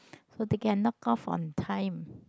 so they can knock off on time